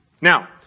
Now